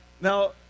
Now